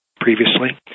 previously